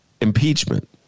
impeachment